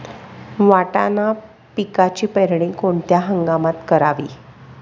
वाटाणा पिकाची पेरणी कोणत्या हंगामात करावी?